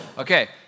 Okay